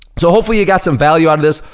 so hopefully you got some value outta this.